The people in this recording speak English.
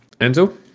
Enzo